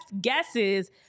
guesses